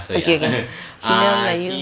okay okay cina melayu